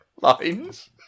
lines